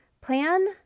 plan